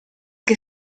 che